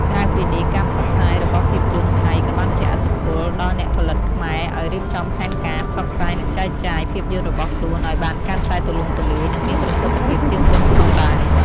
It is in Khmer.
ក្រៅពីនេះ ការផ្សព្វផ្សាយរបស់ភាពយន្តថៃក៏បានជះឥទ្ធិពលដល់អ្នកផលិតខ្មែរឲ្យរៀបចំផែនការ ផ្សព្វផ្សាយ និងចែកចាយ ភាពយន្តរបស់ខ្លួនឲ្យបានកាន់តែទូលំទូលាយ និងមានប្រសិទ្ធភាពជាងមុនផងដែរ។